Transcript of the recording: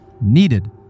needed